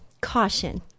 caution